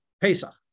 Pesach